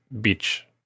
beach